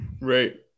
Right